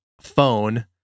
phone